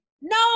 No